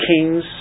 kings